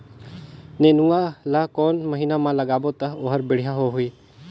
नेनुआ ला कोन महीना मा लगाबो ता ओहार बेडिया होही?